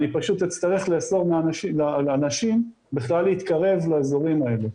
אני פשוט אצטרך לאסור על אנשים בכלל להתקרב לאזורים האלה.